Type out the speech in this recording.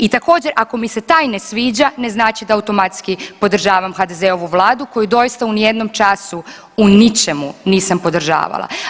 I također, ako mi se taj ne sviđa ne znači da automatski podržavam HDZ-ovu Vladu koju doista u ni jednom času u ničemu nisam podržavala.